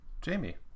Jamie